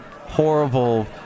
horrible